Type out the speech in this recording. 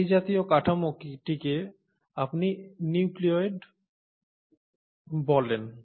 এই জাতীয় কাঠামোটিকে আপনি নিউক্লিওয়েড বলেন